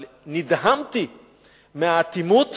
אבל נדהמתי מהאטימות